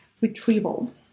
retrieval